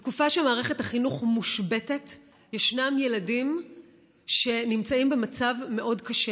בתקופה שמערכת החינוך מושבתת ישנם ילדים שנמצאים במצב מאוד קשה.